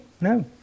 no